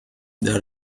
the